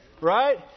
Right